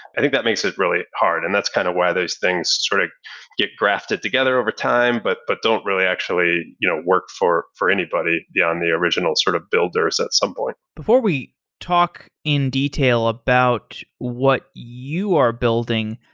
i think that makes it really hard, and that's kind of why those things sort of get grafted together overtime, but but don't really actually you know work for for anybody beyond the original sort of builders at some point. before we talk in detail about what you are building,